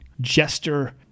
jester